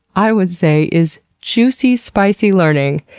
i would say, is juicy, spicy learning.